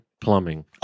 Plumbing